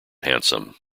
handsome